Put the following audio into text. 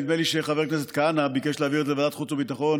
נדמה לי שחבר הכנסת כהנא ביקש להעביר את זה לוועדת החוץ והביטחון.